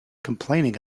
complaining